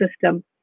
system